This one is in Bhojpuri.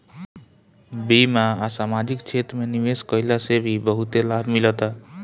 बीमा आ समाजिक क्षेत्र में निवेश कईला से भी बहुते लाभ मिलता